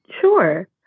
sure